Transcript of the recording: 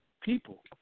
people